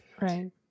right